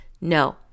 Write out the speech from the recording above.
No